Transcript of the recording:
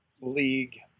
league